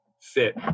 fit